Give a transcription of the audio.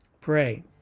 Pray